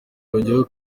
yongeyeho